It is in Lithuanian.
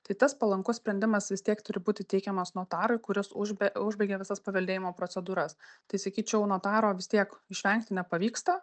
tai tas palankus sprendimas vis tiek turi būti teikiamas notarui kuris už be užbaigia visas paveldėjimo procedūras tai sakyčiau notaro vis tiek išvengti nepavyksta